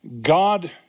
God